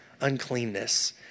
uncleanness